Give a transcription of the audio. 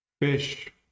Fish